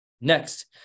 Next